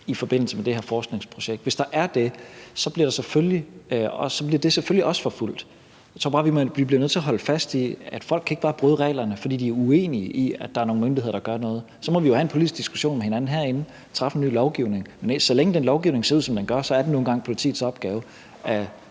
i forbindelse med det her forskningsprojekt. Hvis der er det, bliver det selvfølgelig også forfulgt. Jeg tror bare, vi bliver nødt til at holde fast i, at folk ikke bare kan bryde reglerne, fordi de er uenige i, at der er nogle myndigheder, der gør noget. Så må vi jo have en politisk diskussion med hinanden herinde og vedtage en ny lovgivning. Men så længe den lovgivning ser ud, som den gør, så er det nu engang politiets opgave